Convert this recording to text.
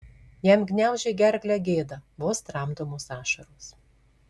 jam gniaužė gerklę gėda vos tramdomos ašaros